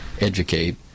educate